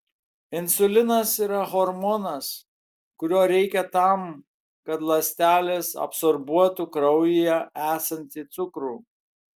insulinas yra hormonas kurio reikia tam kad ląstelės absorbuotų kraujyje esantį cukrų